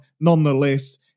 nonetheless